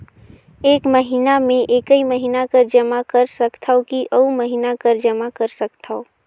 एक महीना मे एकई महीना कर जमा कर सकथव कि अउ महीना कर जमा कर सकथव?